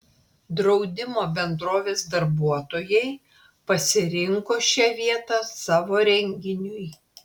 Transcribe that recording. draudimo bendrovės darbuotojai pasirinko šią vietą savo renginiui